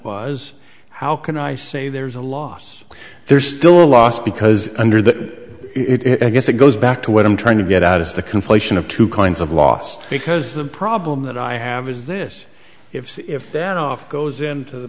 was how can i say there's a loss there's still a loss because under that it i guess it goes back to what i'm trying to get out is the conflation of two kinds of lost because the problem that i have is this if if that off goes into